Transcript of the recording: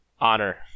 honor